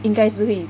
应该是会